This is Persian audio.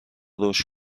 رشد